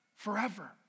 Forever